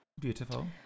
Beautiful